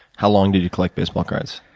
how long did you collect baseball cards?